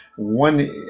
One